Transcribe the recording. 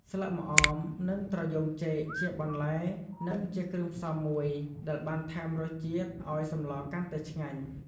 ស្លឹកម្អម និងត្រយ៉ូងចេកជាបន្លែនិងជាគ្រឿងផ្សំមួយដែលបានថែមរសជាតិឲ្យសម្លកាន់តែឆ្ងាញ់។